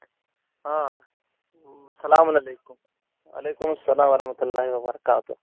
آ سَلام علیکُم وعلیکُم اسلام ورحمۃ اللہ وبرکاتہ